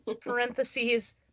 parentheses